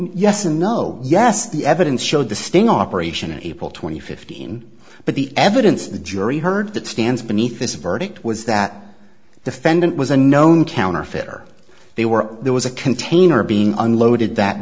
yes and no yes the evidence showed the sting operation in april twenty fifteen but the evidence the jury heard that stands beneath this verdict was that the friend was a known counterfeit or they were there was a container being unloaded that